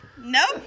Nope